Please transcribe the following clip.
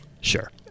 Sure